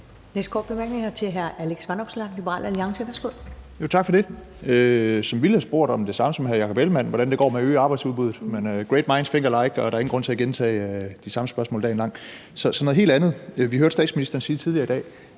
Næste korte bemærkning er til hr. Alex Vanopslagh, Liberal Alliance. Værsgo. Kl. 14:29 Alex Vanopslagh (LA): Tak for det. Jeg ville have spurgt om det samme som hr. Jakob Ellemann-Jensen, nemlig hvordan det går med at øge arbejdsudbuddet, men great minds think alike, og der er ingen grund til at gentage de samme spørgsmål dagen lang. Så til noget helt andet. Vi hørte statsminsteren sige tidligere i dag,